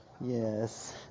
Yes